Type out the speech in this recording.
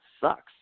sucks